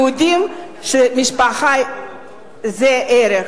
יהודית, שמשפחה זה ערך.